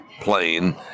plane